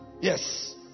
Yes